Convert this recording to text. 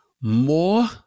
more